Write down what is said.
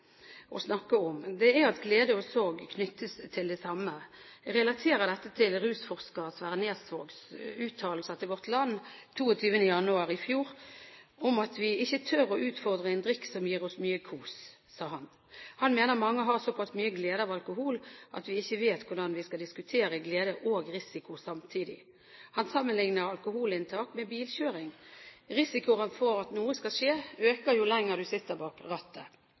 å snakke om, er at glede og sorg knyttes til det samme. Jeg relaterer dette til rusforsker Sverre Nesvågs uttalelser til Vårt Land 22. januar i fjor om at vi ikke tør å utfordre en drikk som gir oss mye kos, som han sa. Han mener at mange har såpass mye glede av alkohol at vi ikke vet hvordan vi skal diskutere glede og risiko samtidig. Han sammenligner alkoholinntak med bilkjøring – risikoen for at noe skal skje, øker jo lenger du sitter bak rattet.